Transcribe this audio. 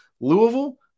Louisville